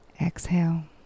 Exhale